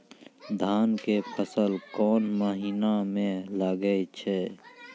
धान के फसल कोन महिना म लागे छै?